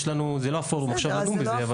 זה לא הפורום עכשיו לדון בזה.